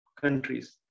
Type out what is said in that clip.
countries